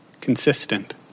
consistent